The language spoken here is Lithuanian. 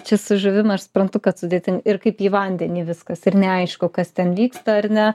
čia su žuvim aš suprantu kad sudėtin ir kaip į vandenį viskas ir neaišku kas ten vyksta ar ne